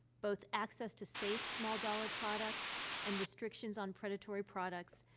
both access to safe small-dollar products and restrictions on predatory products,